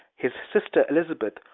his sister elizabeth,